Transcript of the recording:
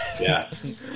Yes